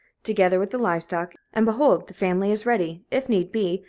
together with the live-stock, and behold the family is ready, if need be,